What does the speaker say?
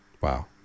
Wow